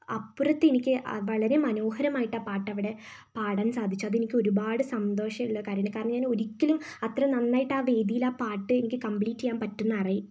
അപ്പുറത്ത് എനിക്ക് വളരെ മനോഹരമായിട്ടാണ് പാട്ട് അവിടെ പാടാൻ സാധിച്ചത് അത് എനിക്ക് ഒരുപാട് സന്തോഷം ഉള്ള കാര്യം ആണ് കാരണം ഞാൻ ഒരിക്കലും അത്രയും നന്നായിട്ട് ആ വേദിയിൽ ആ പാട്ട് എനിക്ക് കംപ്ലീറ്റ് ചെയ്യാൻ പറ്റും എന്ന്